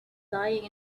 lying